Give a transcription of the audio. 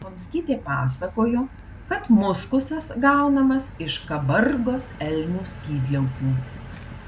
chomskytė pasakojo kad muskusas gaunamas iš kabargos elnių skydliaukių